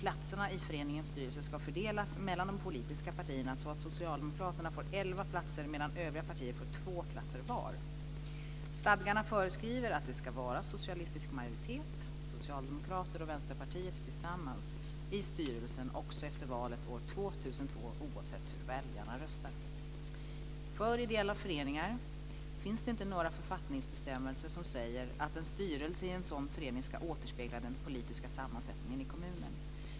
Platserna i föreningens styrelse ska fördelas mellan de politiska partierna så att socialdemokraterna får elva platser medan övriga partier får två platser var. Stadgarna föreskriver att det ska vara socialistisk majoritet - socialdemokrater och vänsterpartiet tillsammans - i styrelsen också efter valet år 2002 oavsett hur väljarna röstar. För ideella föreningar finns det inte några författningsbestämmelser som säger att en styrelse i en sådan förening ska återspegla den politiska sammansättningen i kommunen.